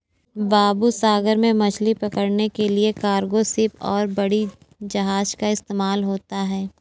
बाबू सागर में मछली पकड़ने के लिए कार्गो शिप और बड़ी जहाज़ का इस्तेमाल होता है